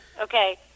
Okay